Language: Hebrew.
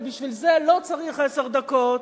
ובשביל זה לא צריך עשר דקות,